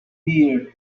beer